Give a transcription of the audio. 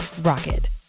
Rocket